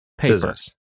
scissors